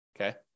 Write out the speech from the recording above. Okay